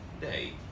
day